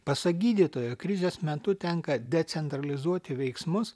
pasak gydytojo krizės metu tenka decentralizuoti veiksmus